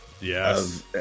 Yes